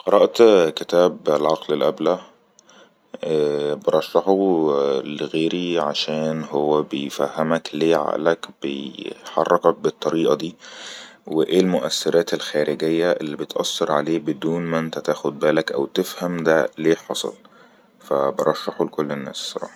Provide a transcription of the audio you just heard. قرأت كتاب العقل الأبلى برشحه عع لغيري عشان هو بيفهمك ليه عقلك بيي حركك بالطريقة دي وإيه المؤشرات الخارجية اللي بتأثر عليه بدون منت تاخد بالك أو تفهم ده ليه حصل فبرشحه لكل الناس صراحة